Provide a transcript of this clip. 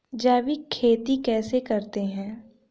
जैविक खेती कैसे करते हैं?